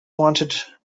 wanted